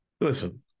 Listen